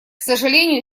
сожалению